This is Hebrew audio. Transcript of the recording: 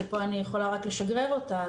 שפה אני יכולה רק לשגרר אותה,